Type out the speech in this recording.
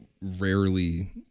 rarely